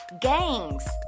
gangs